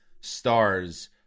stars